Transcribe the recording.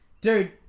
dude